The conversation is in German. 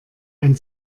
ein